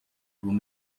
will